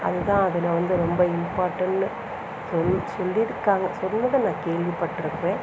அதுதான் அதில் வந்து ரொம்ப இம்பார்டன்ட்னு சொல்லியிருக்காங்க சொன்னதை நான் கேள்வி பட்டுருக்கிறேன்